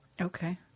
Okay